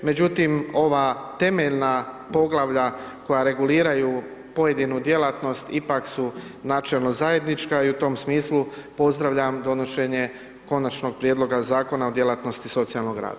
Međutim, ova temeljna poglavlja koja reguliraju pojedinu djelatnost, ipak su načelno zajednička i u tom smislu pozdravljam donošenje Konačnog prijedloga Zakona o djelatnosti socijalnog rada.